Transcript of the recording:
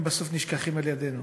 הם בסוף נשכחים על-ידינו,